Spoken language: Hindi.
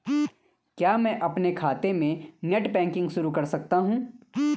क्या मैं अपने खाते में नेट बैंकिंग शुरू कर सकता हूँ?